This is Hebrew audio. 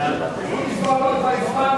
על תיקון מס' 4 כבר הצבענו,